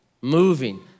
moving